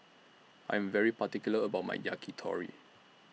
I Am very particular about My Yakitori